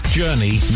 journey